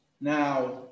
Now